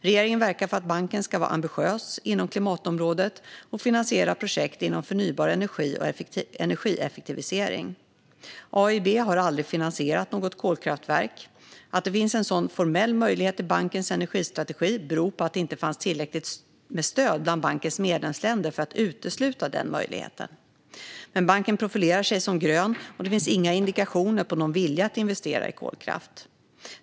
Regeringen verkar för att banken ska vara ambitiös inom klimatområdet och finansiera projekt inom förnybar energi och energieffektivisering. AIIB har aldrig finansierat något kolkraftverk. Att det finns en sådan formell möjlighet i bankens energistrategi beror på att det inte fanns tillräckligt med stöd bland bankens medlemsländer för att utesluta den möjligheten. Banken profilerar sig som "grön", och det finns inga indikationer på någon vilja att investera i kolkraft.